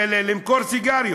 למכור סיגריות,